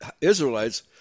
israelites